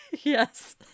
Yes